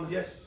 Yes